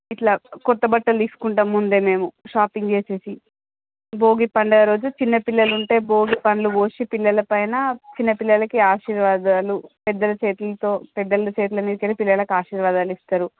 ఇట్లా కొత్త బట్టలు తీసుకుంటాం ముందే మేము షాపింగ్ చేసేసి భోగి పండగ రోజు చిన్న పిల్లలు ఉంటే భోగి పళ్ళు పోసి పిల్లల పైన చిన్న పిల్లలికి ఆశీర్వాదాలు పెద్దల చేతిలతో పెద్దల చేతి మీదికెల్లి పిల్లలికి ఆశీర్వాదాలు ఇస్తారు